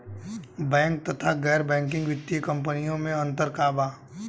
Bank तथा गैर banking वित्तीय कम्पनीयो मे अन्तर का बा?